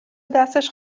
دستش